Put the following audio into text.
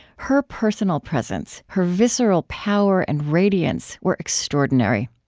her personal presence, her visceral power and radiance, were extraordinary.